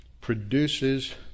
produces